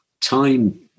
time